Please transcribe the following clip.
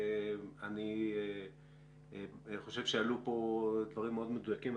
אני חושב שעלו כאן דברים מאוד מדויקים.